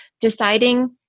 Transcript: Deciding